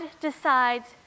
decides